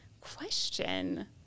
question